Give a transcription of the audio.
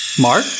Mark